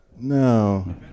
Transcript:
No